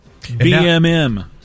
BMM